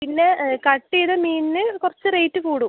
പിന്നെ കട്ട് ചെയ്ത മീനിന് കുറച്ച് റേറ്റ് കൂടും